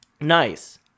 nice